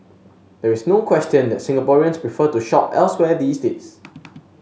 there is no question that Singaporeans prefer to shop elsewhere these days